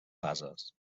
fases